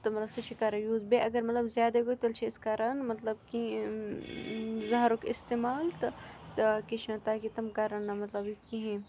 تہٕ مطلب سُہ چھِ کَران یوٗز بیٚیہِ اگر مطلب زیادَے گوٚو تیٚلہِ چھِ أسۍ کَران مطلب کینٛہہ زہرُک استعمال تہٕ تہٕ کیٛاہ چھِ وَنان تاکہِ تٕم کَرَن نہٕ مطلب یہِ کِہیٖنۍ